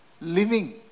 living